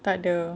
tak ada